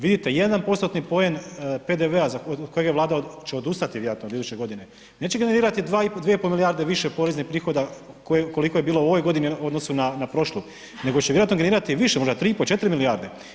Vidite, 1%-tni poen PDV-a od kojeg će odustati vjerojatno od iduće godine, neće generirati 2,5 milijardi više poreznih prihoda koliko je bilo u ovoj godini u odnosu na prošlu nego će vjerojatno generirati više, možda 3,5, 4 milijarde.